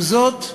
עם זאת,